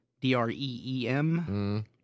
D-R-E-E-M